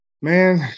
Man